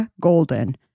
Golden